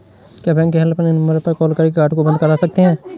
क्या बैंक के helpline number पर कॉल करके कार्ड को बंद करा सकते हैं?